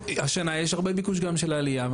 והשנה יש הרבה ביקוש גם של עליה.